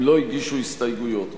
אם לא הגישו הסתייגויות.